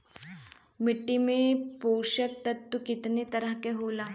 मिट्टी में पोषक तत्व कितना तरह के होला?